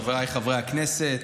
חבריי חברי הכנסת,